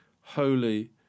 holy